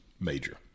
Major